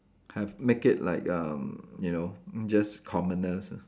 have make it like um you know just commoners ah